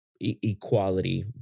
equality